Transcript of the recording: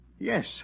Yes